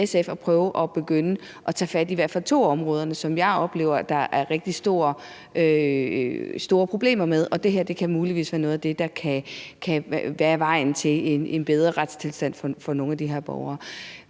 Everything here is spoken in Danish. vi i SF at begynde at tage fat i i hvert fald to af områderne, som jeg oplever at der er rigtig store problemer med, og det her kan muligvis være noget af det, der kan være vejen til en bedre retstilstand for nogle af de her borgere.